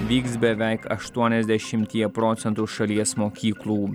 vyks beveik aštuoniasdešimtyje procentų šalies mokyklų